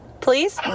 Please